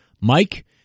Mike